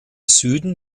süden